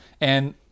And-